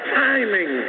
timing